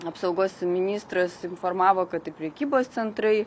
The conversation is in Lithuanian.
apsaugos ministras informavo kad ir prekybos centrai